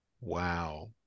Wow